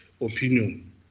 opinion